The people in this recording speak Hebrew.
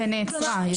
ונעצרה.